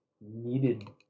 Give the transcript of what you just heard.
needed